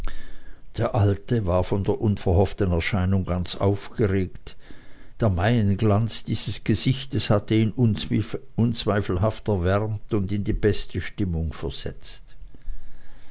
der alte war von der unverhofften erscheinung ganz aufgeregt der maienglanz dieses gesichtes hatte ihn unzweifelhaft erwärmt und in die beste stimmung versetzt